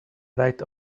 right